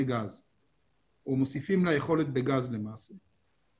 ובסוף דלקים יותר גרועים.